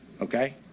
okay